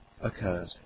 occurred